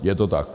Je to tak.